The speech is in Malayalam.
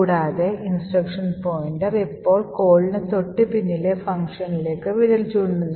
കൂടാതെ ഇൻസ്ട്രക്ഷൻ പോയിന്റർ ഇപ്പോൾ കോളിന് തൊട്ടു പിന്നാലെ ഫംഗ്ഷനിലേക്ക് വിരൽ ചൂണ്ടുന്നു